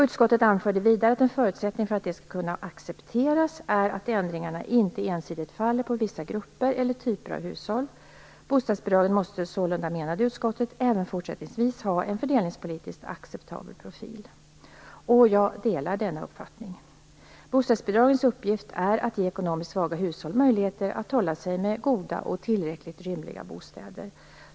Utskottet anförde vidare att en förutsättning för att det skall kunna accepteras är att ändringarna inte ensidigt faller på vissa grupper eller typer av hushåll. Bostadsbidragen måste sålunda, menade utskottet, även fortsättningsvis ha en fördelningspolitiskt acceptabel. profil. Jag delar den uppfattningen. Bostadsbidragens uppgift är att ge ekonomiskt svaga hushåll möjligheter att hålla sig med goda och tillräckligt rymliga bostäder.